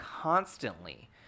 constantly